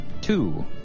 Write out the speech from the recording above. Two